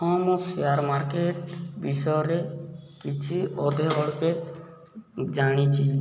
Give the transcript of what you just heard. ହଁ ମୁଁ share market ବିଷୟରେ କିଛି ଅଧ ଅଳ୍ପେ ଜାଣିଛି